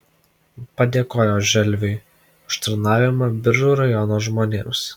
padėkojo želviui už tarnavimą biržų rajono žmonėms